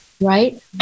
right